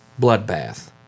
bloodbath